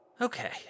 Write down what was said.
Okay